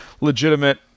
legitimate